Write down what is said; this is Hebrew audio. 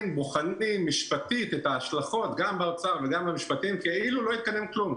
בוחנים משפטית את ההשלכות גם באוצר וגם במשפטים כאילו לא התקדם כלום,